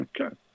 Okay